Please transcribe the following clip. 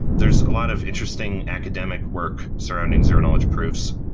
there is a lot of interesting academic work surrounding zero knowledge proofs,